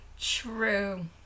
True